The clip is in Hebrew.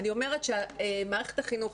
אני אומרת שמערכת החינוך,